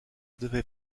devait